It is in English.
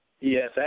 Yes